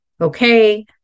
Okay